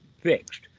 fixed